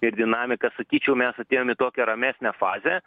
ir dinamika sakyčiau mes atėjom į tokią ramesnę fazę